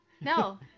No